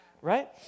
right